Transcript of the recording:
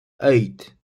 eight